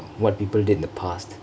what people did in the past